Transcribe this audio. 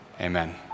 amen